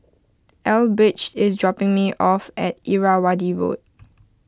Elbridge is dropping me off at Irrawaddy Road